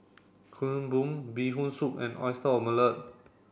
Kuih Bom Bee Hoon Soup and Oyster Omelette